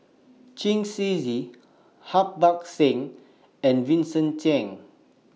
Chen Shiji Harbans Singh and Vincent Cheng